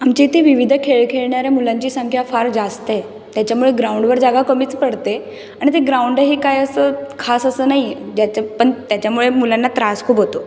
आमच्या इथे विविध खेळ खेळणाऱ्या मुलांची संख्या फार जास्त आहे त्याच्यामुळे ग्राउंडवर जागा कमीच पडते आणि ते ग्राउंड ही काय असं खास असं नाही आहे ज्याच्या पण त्याच्यामुळे मुलांना त्रास खूप होतो